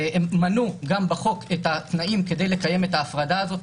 מנעו גם בחוק את התנאים לקיים את ההפרדה הזאת.